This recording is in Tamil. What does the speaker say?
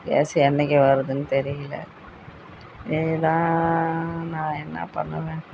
கேஸு என்றைக்கு வருதுன்னு தெரியல இதுதான் நான் என்ன பண்ணுவேன்